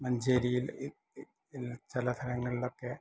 മഞ്ചേരിയിൽ ചില സ്ഥലങ്ങളിൽ ഒക്കെ